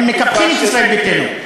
הם מקפחים את ישראל ביתנו.